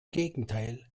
gegenteil